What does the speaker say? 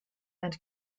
and